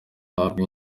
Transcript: bahabwa